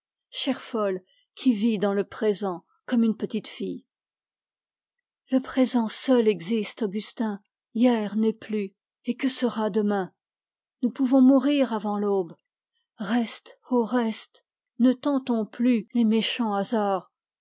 chère folle qui vis dans le présent comme une petite fille le présent seul existe augustin hier n'est plus et que sera demain nous pouvons mourir avant l'aube reste oh reste ne tenons plus les méchants hasards